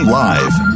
live